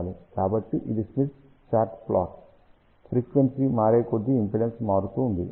కాబట్టి ఇది Smith chart plot frequency మారే కొద్దీ ఇంపిడెన్సు మారుతుంది